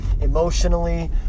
emotionally